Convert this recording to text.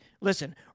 Listen